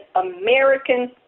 American